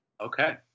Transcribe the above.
Okay